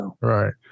Right